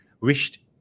wished